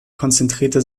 konzentrierte